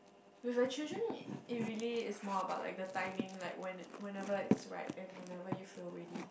with a children it really is more about like the timing like when whenever it's right and whenever you feel ready